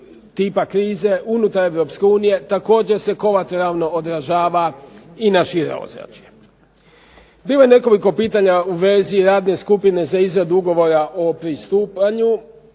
tipa krize unutar Europske unije također se kolateralno odražava i na šire ozračje. Bilo je nekoliko pitanja u vezi radne skupine za izradu ugovora o pristupanju.